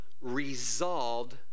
resolved